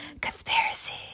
conspiracy